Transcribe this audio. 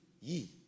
ye